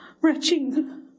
retching